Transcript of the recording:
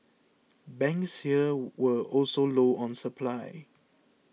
banks here were also low on supply